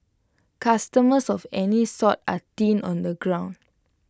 customers of any sort are thin on the ground